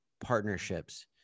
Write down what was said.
partnerships